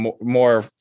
more